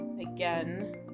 again